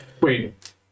Wait